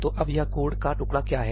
तो अब यह कोड का टुकड़ा क्या है